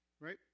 Right